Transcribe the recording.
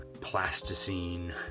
plasticine